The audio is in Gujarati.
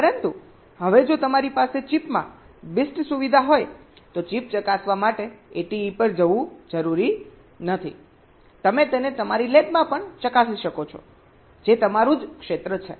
પરંતુ હવે જો તમારી પાસે ચિપમાં BIST સુવિધા હોય તો ચિપ ચકાસવા માટે ATE પર જવું જરૂરી નથી તમે તેને તમારી લેબમાં પણ ચકાસી શકો છો કે જે તમારું ક્ષેત્ર છે